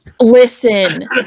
Listen